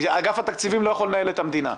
אגף התקציבים לא יכול לנהל את המדינה.